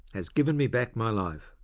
has given me back my life.